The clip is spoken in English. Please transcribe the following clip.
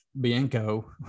Bianco